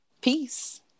peace